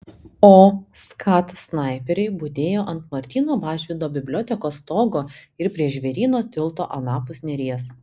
o skat snaiperiai budėjo ant martyno mažvydo bibliotekos stogo ir prie žvėryno tilto anapus neries